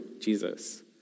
Jesus